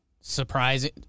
surprising